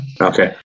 Okay